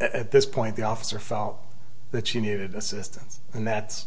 at this point the officer felt that she needed assistance and that's